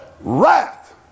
wrath